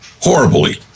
Horribly